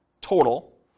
total